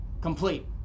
complete